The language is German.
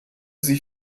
sie